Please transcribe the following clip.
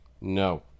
No